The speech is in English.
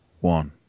one